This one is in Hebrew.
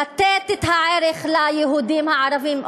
לתת את הערך ליהודים הערבים.